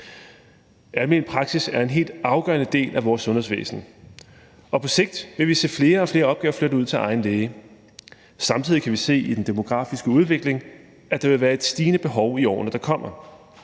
Almen praksis er en helt afgørende del af vores sundhedsvæsen, og på sigt vil vi se flere og flere opgaver flyttet ud til egen læge. Samtidig kan vi se i den demografiske udvikling, at der vil være et stigende behov i årene, der kommer,